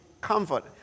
comfort